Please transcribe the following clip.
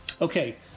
Okay